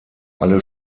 alle